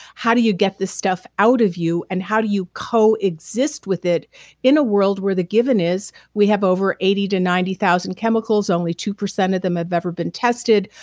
how do you get this stuff out of you and how do you co-exist with it in a world where the given is we have over eighty to ninety thousand chemicals. only two percent of them have ever been tested.